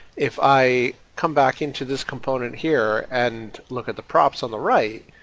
if i come back into this component here and look at the props on the right,